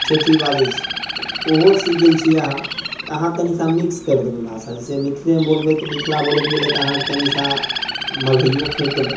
ठेठी बाजै छै ऊहो सिखि गेल छियै अहाँ तऽ अहाँ तनिसा मिक्स करि देबै भाषा जैसे बोलबै तऽ मिथिला बोलैत बोलैत अहाँ तनिसा मगहियौ फेँट देबै